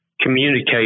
communicate